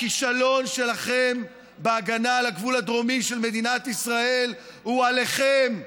הכישלון שלכם בהגנה על הגבול הדרומי של מדינת ישראל הוא עליכם.